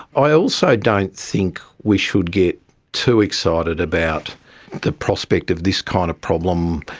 i also don't think we should get too excited about the prospect of this kind of problem,